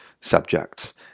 subjects